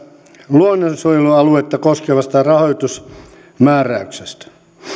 luonnonsuojelualuetta koskevasta rahoitusmääräyksestä